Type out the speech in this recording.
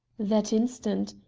that instant.